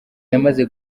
yamaze